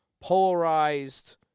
polarized